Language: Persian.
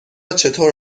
چطور